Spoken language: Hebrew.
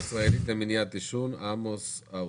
המועצה הישראלית למניעת עישון, עמוס האוזנר.